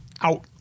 out